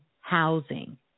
housing